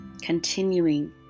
continuing